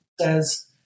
says